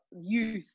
youth